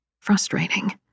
Frustrating